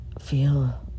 feel